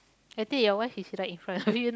I think ya what he's right in front of you